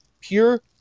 pure